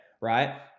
right